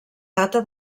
data